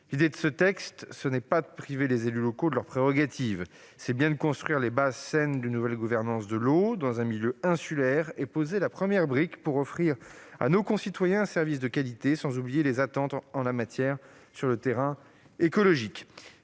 adéquate. Ce texte n'a pas pour objet de priver les élus locaux de leurs prérogatives, mais bien de construire les bases saines d'une nouvelle gouvernance de l'eau dans un milieu insulaire et de poser la première brique pour offrir à nos concitoyens un service de qualité, sans oublier les attentes en la matière sur le plan écologique.